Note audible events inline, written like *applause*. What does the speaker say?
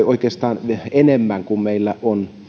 *unintelligible* oikeastaan enemmän kuin meillä on